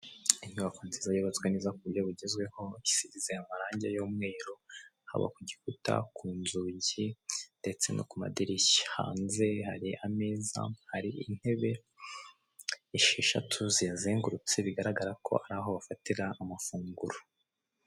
Inyubako nziza yubatswe neza kuburyo bugezweho isize amarange y'umweru haba ku gikuta, kunzugi ndetse no ku madirishya hanze hari ameza hari inebe esheshatu ziyazengurutse bigaragara ko araho bafatira amafunguro.